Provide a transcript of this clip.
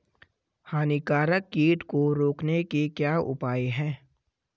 हानिकारक कीट को रोकने के क्या उपाय हैं?